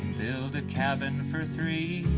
build a cabin for three